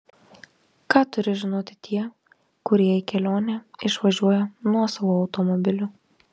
ką turi žinoti tie kurie į kelionę išvažiuoja nuosavu automobiliu